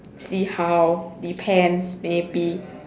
see how depends maybe